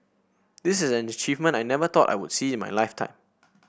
this is an achievement I never thought I would see in my lifetime